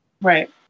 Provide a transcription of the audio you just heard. right